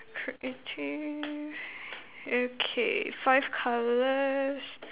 okay five colours